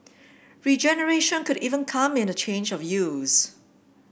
regeneration could even come in a change of use